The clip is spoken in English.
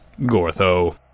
Gortho